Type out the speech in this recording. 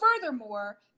furthermore